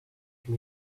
can